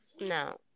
no